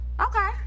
Okay